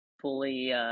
fully